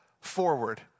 forward